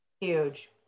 Huge